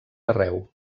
arreu